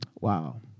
Wow